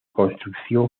construcción